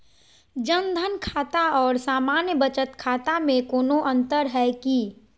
जन धन खाता और सामान्य बचत खाता में कोनो अंतर है की?